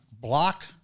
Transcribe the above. block